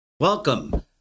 Welcome